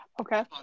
Okay